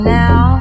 now